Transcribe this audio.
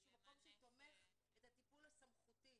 שהוא מקום שתומך את הטיפול הסמכותי,